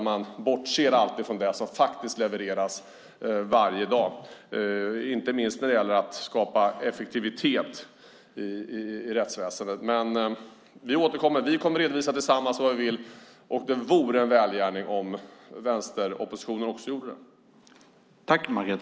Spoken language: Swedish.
Man bortser alltid från det som faktiskt levereras varje dag, inte minst när det gäller att skapa effektivitet i rättsväsendet. Vi återkommer. Vi kommer att tillsammans redovisa vad det är vi vill. Det vore en välgärning om vänsteroppositionen också gjorde det.